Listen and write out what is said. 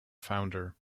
founder